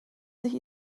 sich